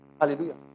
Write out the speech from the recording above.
Hallelujah